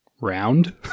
round